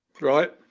Right